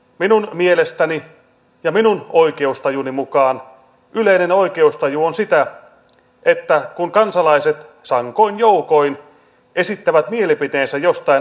minun mielestäni ja minun oikeustajuni mukaan yleinen oikeustaju on sitä että kansalaiset sankoin joukoin esittävät mielipiteensä jostain asiasta